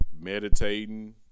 meditating